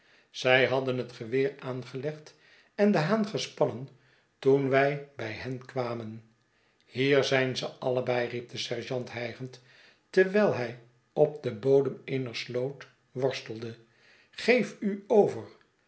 zy hadden het geweer aangelegd en den haan gespannen toen wij bij hen kwamen hier zijn ze allebei riep de sergeant hijgend terwijl hij op den bodem eener sloot worstelde geeft u over